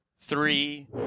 Three